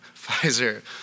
Pfizer